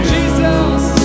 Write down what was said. Jesus